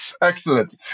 Excellent